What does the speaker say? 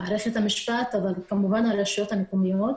מערכת המשפט וכמובן הרשויות המקומיות.